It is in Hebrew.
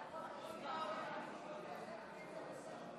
עמדת ראש הממשלה התקבלה.